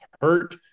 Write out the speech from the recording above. hurt